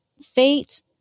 fate